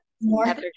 more